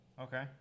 Okay